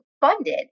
funded